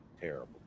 Terrible